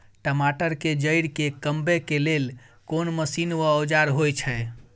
टमाटर के जईर के कमबै के लेल कोन मसीन व औजार होय छै?